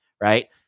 Right